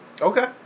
Okay